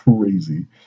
crazy